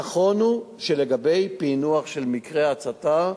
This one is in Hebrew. נכון שלגבי פענוח של מקרי הצתה,